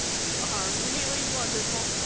you are really wonderful.